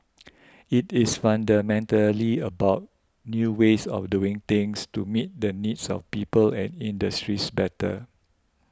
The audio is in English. it is fundamentally about new ways of doing things to meet the needs of people and industries better